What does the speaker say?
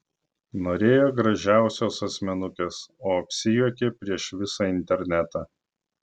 norėjo gražiausios asmenukės o apsijuokė prieš visą internetą